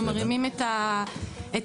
אנחנו מרימים את הדגל,